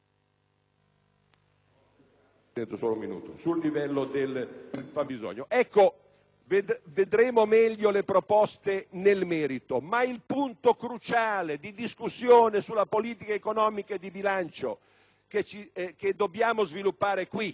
Esamineremo meglio le proposte nel merito, ma il punto cruciale di discussione sulla politica economica e di bilancio che dobbiamo sviluppare in